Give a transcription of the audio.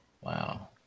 Wow